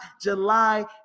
July